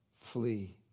flee